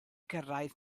gyrraedd